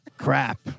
Crap